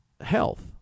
health